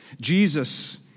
Jesus